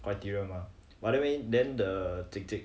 criteria ma but then anyway the